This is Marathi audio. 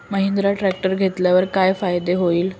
महिंद्रा ट्रॅक्टर घेतल्यावर काय फायदा होईल?